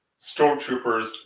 Stormtroopers